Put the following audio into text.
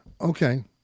Okay